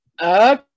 Okay